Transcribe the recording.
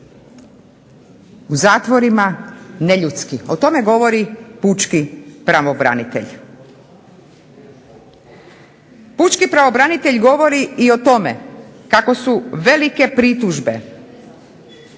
u zatvorima neljudski. O tome govori pučki pravobranitelj. Pučki pravobranitelj govori o tome kako su velike pritužbe,